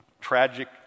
Tragic